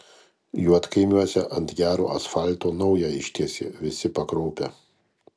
juodkaimiuose ant gero asfalto naują ištiesė visi pakraupę